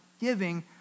giving